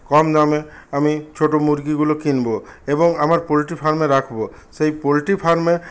কম দামে আমি ছোটো মুরগিগুলো কিনবো এবং আমার পোলট্রি ফার্মে রাখবো সেই পোলট্রি ফার্মে